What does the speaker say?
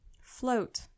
float